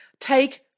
Take